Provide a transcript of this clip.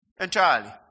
Entirely